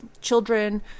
children